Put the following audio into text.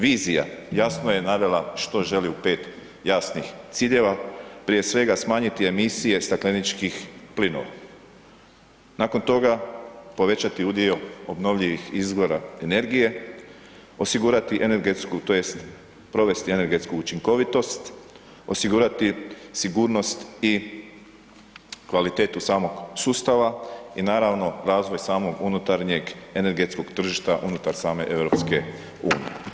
Vizija, jasno je navela što želi u 5 jasnih ciljeva, prije svega smanjiti emisije stakleničkih plinova, nakon toga povećati udio obnovljivih izvora energije, osigurati energetsku tj. provesti energetsku učinkovitost, osigurati sigurnost i kvalitetu samog sustava i naravno, razvoj samog unutarnje energetskog tržišta unutar same EU.